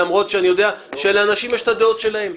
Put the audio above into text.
למרות שאני יודע שלאנשים יש את הדעות שלהם.